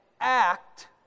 act